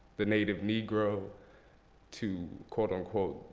the native negro to, quote unquote,